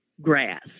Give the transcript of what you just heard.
grass